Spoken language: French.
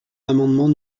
l’amendement